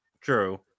True